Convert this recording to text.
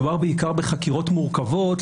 מדובר בעיקר בחקירות מורכבות,